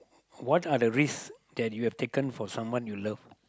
what are the risks that you have taken for someone you love